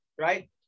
right